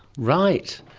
right.